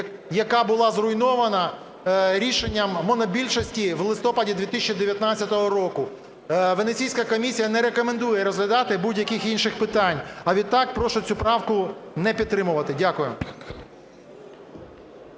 яка була зруйнована рішенням монобільшості в листопаді 2019 року. Венеційська комісія не рекомендує розглядати будь-яких інших питань, а відтак прошу цю правку не підтримувати. Дякую.